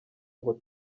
ngo